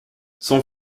son